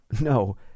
No